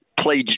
played